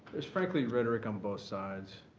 was frankly rhetoric on both sides